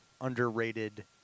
underrated –